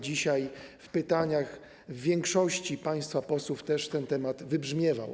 Dzisiaj w pytaniach większości państwa posłów też ten temat wybrzmiewał.